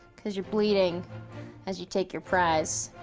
cause you're bleeding as you take your prize.